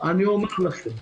אני אומר לכם.